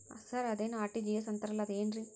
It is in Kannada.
ಸರ್ ಅದೇನು ಆರ್.ಟಿ.ಜಿ.ಎಸ್ ಅಂತಾರಲಾ ಅದು ಏನ್ರಿ?